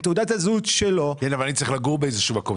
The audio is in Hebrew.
עם תעודת הזהות שלו --- אבל אני צריך לגור באיזה שהוא מקום.